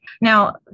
Now